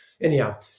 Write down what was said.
anyhow